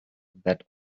that